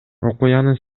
окуянын